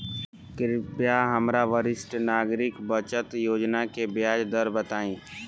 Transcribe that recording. कृपया हमरा वरिष्ठ नागरिक बचत योजना के ब्याज दर बताई